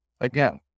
again